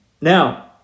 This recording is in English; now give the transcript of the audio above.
Now